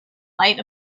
light